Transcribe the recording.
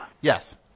Yes